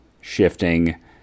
shifting